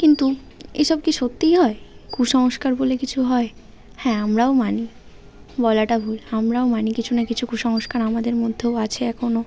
কিন্তু এসব কি সত্যিই হয় কুসংস্কার বলে কিছু হয় হ্যাঁ আমরাও মানি বলাটা ভুল আমরাও মানি কিছু না কিছু কুসংস্কার আমাদের মধ্যেও আছে এখনও